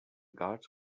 guards